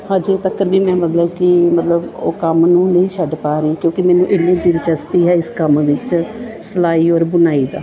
ਅਜੇ ਤੀਕਰ ਵੀ ਮੈਂ ਮਤਲਬ ਕਿ ਮਤਲਬ ਉਹ ਕੰਮ ਨੂੰ ਨਹੀਂ ਛੱਡ ਪਾ ਰਹੀ ਕਿਉਂਕਿ ਮੈਨੂੰ ਇੰਨੀ ਦਿਲਚਸਪੀ ਹੈ ਇਸ ਕੰਮ ਵਿੱਚ ਸਿਲਾਈ ਔਰ ਬੁਣਾਈ ਦਾ